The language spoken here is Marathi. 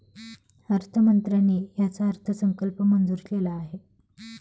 अर्थमंत्र्यांनी याचा अर्थसंकल्प मंजूर केला आहे